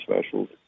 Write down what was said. specials